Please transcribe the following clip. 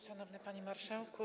Szanowny Panie Marszałku!